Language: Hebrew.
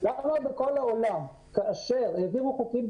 אתה רואה בכל העולם שכאשר העבירו חוקים,